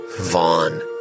Vaughn